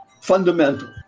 fundamental